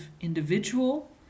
individual